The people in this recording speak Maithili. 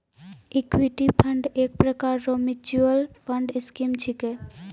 इक्विटी फंड एक प्रकार रो मिच्युअल फंड स्कीम छिकै